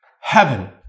heaven